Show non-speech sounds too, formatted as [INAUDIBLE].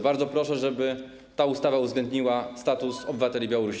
Bardzo proszę, żeby ta ustawa uwzględniła status [NOISE] obywateli Białorusi.